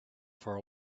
for